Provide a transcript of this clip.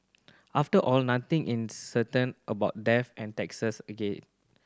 after all nothing in certain about death and taxes again